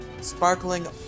Sparkling